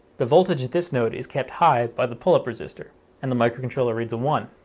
the voltage at this node is kept high by the pull up resistor and the microcontroller reads a one.